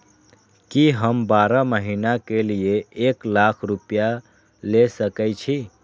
की हम बारह महीना के लिए एक लाख रूपया ले सके छी?